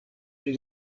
pri